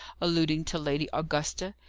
alluding to lady augusta.